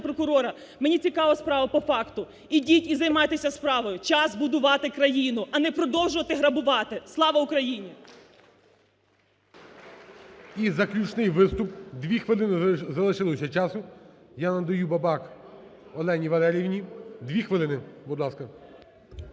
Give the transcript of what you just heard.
Генпрокурора, мені цікава справа по факту. Ідіть і займайтеся справою, час будувати країну, а не продовжувати грабувати. Слава Україні!